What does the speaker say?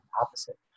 opposite